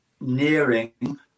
nearing